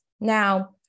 Now